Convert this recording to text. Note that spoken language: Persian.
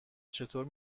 چطور